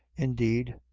indeed,